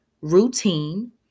routine